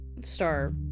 Star